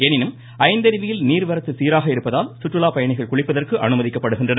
எனினும் ஐந்தருவியில் நீர்வரத்து சீராக இருப்பதால் கற்றுலாப் பயணிகள் குளிப்பதற்கு அனுமதிக்கப்படுகின்றனர்